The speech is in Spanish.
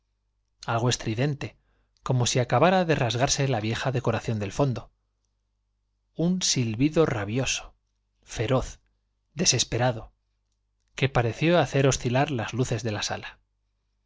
algo estridente como si acapara de rasgarse la vieja decoración del fondo un silbido rabioso feroz desesperado que pareció hacer oscilarias luces de la sala